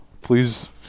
please